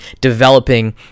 developing